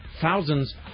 thousands